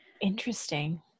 Interesting